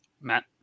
Matt